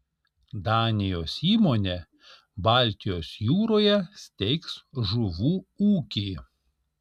danijos įmonė baltijos jūroje steigs žuvų ūkį